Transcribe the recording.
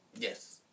Yes